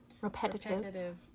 Repetitive